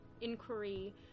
inquiry